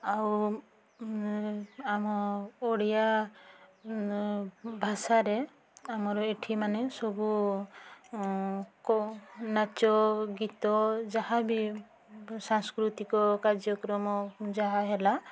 ଆଉ ଆମ ଓଡ଼ିଆ ଭାଷାରେ ଆମର ଏଠି ମାନେ ସବୁ କେଉଁ ନାଚ ଗୀତ ଯାହାବି ସାଂସ୍କୃତିକ କାର୍ଯ୍ୟକ୍ରମ ଯାହା ହେଲା